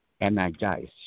energized